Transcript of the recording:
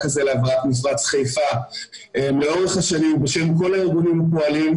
הזה להעברת מפרץ חיפה לאורך השנים בשם כל הארגונים הפועלים,